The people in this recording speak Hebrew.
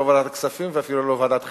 ועדת הכספים ואפילו לא ועדת החינוך,